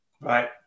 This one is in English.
Right